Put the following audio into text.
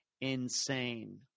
insane